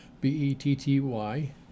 B-E-T-T-Y